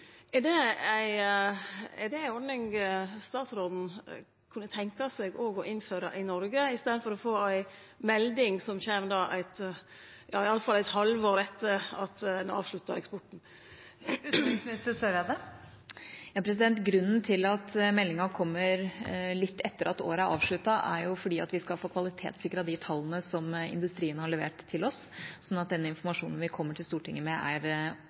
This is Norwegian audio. Er det ei ordning utanriksministeren kunne tenkje seg å innføre òg i Noreg, i staden for at ein får ei melding som kjem iallfall eit halvår etter at ein har avslutta eksporten? Grunnen til at meldinga kommer litt etter at året er avsluttet, er at vi skal få kvalitetssikret de tallene som industrien har levert til oss, sånn at den informasjonen vi kommer til Stortinget med, både er